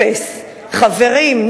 אפס, חברים.